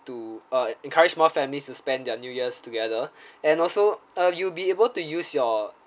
to uh encourage more families to spend their new years together and also uh you'll be able to use your